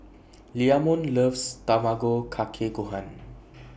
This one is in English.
Leamon loves Tamago Kake Gohan